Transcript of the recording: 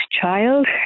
child